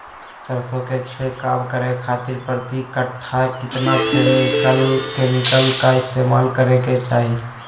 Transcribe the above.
सरसों के छिड़काव करे खातिर प्रति कट्ठा कितना केमिकल का इस्तेमाल करे के चाही?